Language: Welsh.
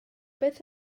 beth